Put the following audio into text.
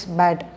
bad